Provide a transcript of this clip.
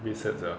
very sad sia